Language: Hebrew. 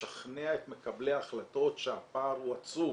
לשכנע את מקבלי ההחלטות שהפער הוא עצם.